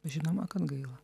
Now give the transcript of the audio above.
žinoma kad gaila